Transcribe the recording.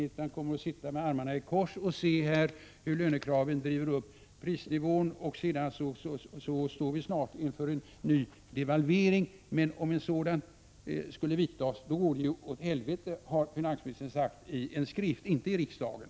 Kommer han att sitta med armarna i kors och se hur lönekraven driver upp prisnivån? Då står vi snart inför en ny devalvering. Om en sådan skulle vidtas ”går det åt helvete”, har finansministern sagt i en skrift — inte i riksdagen.